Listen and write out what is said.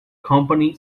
company